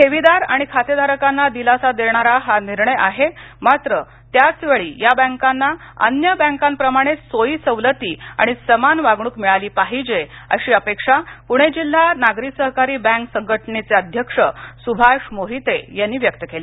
ठेवीदार आणि खातेधारकांना दिलासा देणारा हा निर्णय आहे मात्र त्याचवेळी या बँकांना अन्य बँकांप्रमाणेच सोयी सवलती आणि समान वागणूक मिळाली पाहिजे अशी अपेक्षा पूणे जिल्हा नागरी सहकारी बँक संघटनेचे अध्यक्ष सुभाष मोहिते यांनी व्यक्त केली